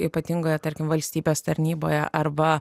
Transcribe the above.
ypatingoje tarkim valstybės tarnyboje arba